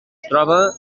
troba